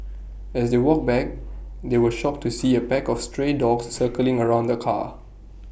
as they walked back they were shocked to see A pack of stray dogs circling around the car